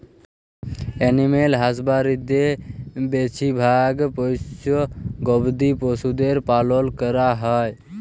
animal হাসবাঁদরিতে বেছিভাগ পোশ্য গবাদি পছুদের পালল ক্যরা হ্যয়